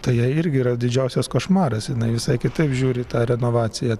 tai jai irgi yra didžiausias košmaras jinai visai kitaip žiūri į tą renovaciją